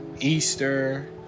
Easter